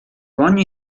ogni